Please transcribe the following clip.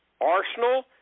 arsenal